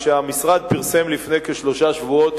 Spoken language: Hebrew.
לפני כשלושה שבועות,